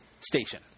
station